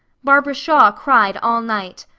barbara shaw cried all night.